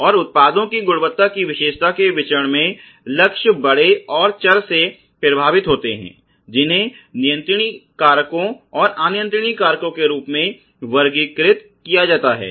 और उत्पादों की गुणवत्ता की विशेषता के विचरण में लक्ष्य बड़े और चर से प्रभावित होते हैं जिन्हें नियंत्रणीय कारकों और अनियंत्रित कारकों के रूप में वर्गीकृत किया जाता है